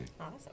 Awesome